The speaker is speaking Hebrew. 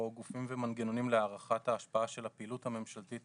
או גופים ומנגנונים להערכת ההשפעה של הפעילות הממשלתית